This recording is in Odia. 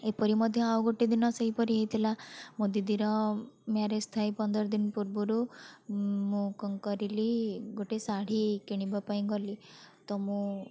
ଏପରି ମଧ୍ୟ ଆଉ ଗୋଟେ ଦିନ ସେହିପରି ହେଇଥିଲା ମୋ ଦିଦିର ମ୍ୟାରେଜ୍ ଥାଇ ପନ୍ଦରଦିନ ପୂର୍ବରୁ ମୁଁ କଣ କରିଲି ଗୋଟେ ଶାଢ଼ୀ କିଣିବାପାଇଁ ଗଲି ତ ମୁଁ